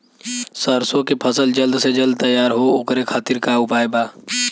सरसो के फसल जल्द से जल्द तैयार हो ओकरे खातीर का उपाय बा?